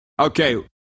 Okay